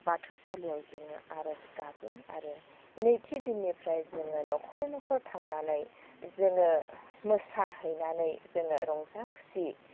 बाथौ सालियाव जोङो आर'ज गाबो आरो नैथि दिननिफ्राय जोङो न'खर न'खर थांनानै जोङो मोसाहैनानै जोङो रंजा खुसि